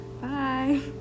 Bye